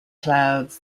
clouds